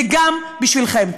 זה גם בשבילכם.